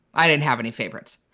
i didn't have any favorites.